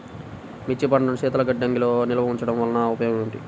మిర్చి పంటను శీతల గిడ్డంగిలో నిల్వ ఉంచటం వలన ఉపయోగం ఏమిటి?